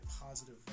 positive